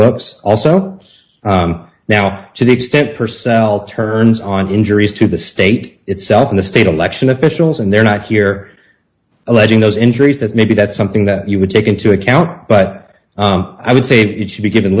books also us now to the extent purcel turns on injuries to the state itself in the state election officials and they're not here alleging those injuries that maybe that's something that you would take into account but i would say it should be given